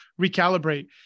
recalibrate